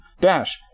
dash